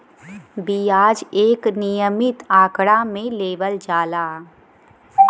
बियाज एक नियमित आंकड़ा मे लेवल जाला